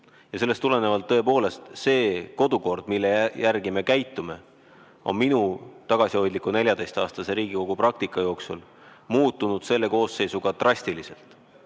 Sellest tulenevalt, tõepoolest, see kodukord, mille järgi me Riigikogus käitume, on minu tagasihoidliku 14-aastase praktika jooksul muutunud selle koosseisuga drastiliselt.